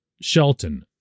Shelton